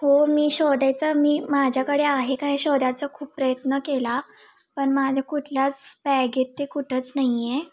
हो मी शोधायचा मी माझ्याकडे आहे का हे शोधायचा खूप प्रयत्न केला पण माझं कुठल्याच बॅगेत ते कुठंच नाही आहे